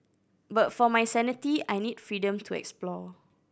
but for my sanity I need freedom to explore